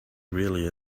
really